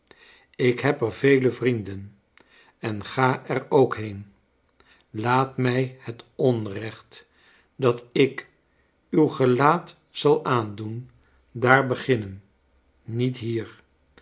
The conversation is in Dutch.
ik heb er vele vrienden en ga er ook heen laat mij het onrecht dat ik uw gelaat zal aandoen daar beginnen niet hier